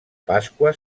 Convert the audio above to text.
pasqua